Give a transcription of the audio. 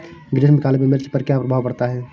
ग्रीष्म काल में मिर्च पर क्या प्रभाव पड़ता है?